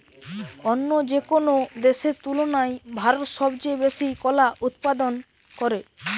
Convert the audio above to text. অন্য যেকোনো দেশের তুলনায় ভারত সবচেয়ে বেশি কলা উৎপাদন করে